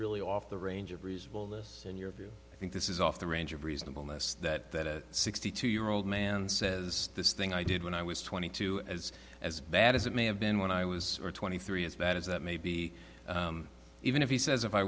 really off the range of reasonableness in your view i think this is off the range of reasonableness that sixty two year old man says this thing i did when i was twenty two as as bad as it may have been when i was twenty three as bad as that may be even if he says if i